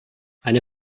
eine